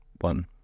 One